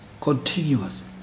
continuous